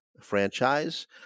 franchise